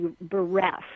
bereft